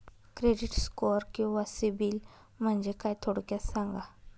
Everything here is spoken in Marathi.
क्रेडिट स्कोअर किंवा सिबिल म्हणजे काय? थोडक्यात सांगा